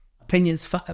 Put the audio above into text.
Opinions